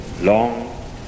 long